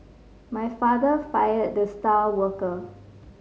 my father fired the star worker